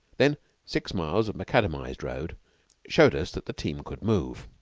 then six miles of macadamized road showed us that the team could move.